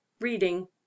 Reading